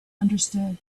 understood